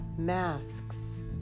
masks